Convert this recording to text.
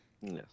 Yes